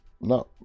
no